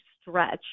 stretch